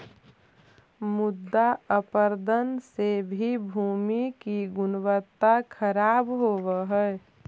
मृदा अपरदन से भी भूमि की गुणवत्ता खराब होव हई